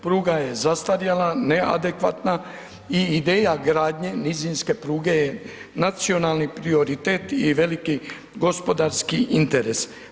Pruga je zastarjela, neadekvatna i ideja gradnje nizinske pruge, je nacionalni prioritet i veliki gospodarski interes.